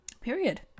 Period